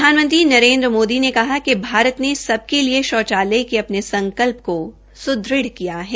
प्रधानमंत्री नरेन्द्र मोदी ने कहा कि भारत ने सबके लिए शौचालय के अपने संकल्प को सुदृढ़ किया है